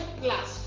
plus